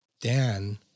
Dan